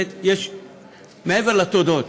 יש מעבר לתודות,